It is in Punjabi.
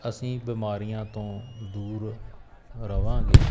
ਅਸੀਂ ਬਿਮਾਰੀਆਂ ਤੋਂ ਦੂਰ ਰਵਾਂਗੇ